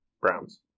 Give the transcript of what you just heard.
Browns